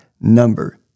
number